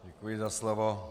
Děkuji za slovo.